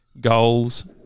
goals